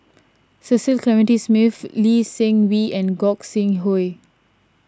Cecil Clementi Smith Lee Seng Wee and Gog Sing Hooi